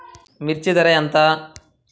మిర్చి ధర ఎంత?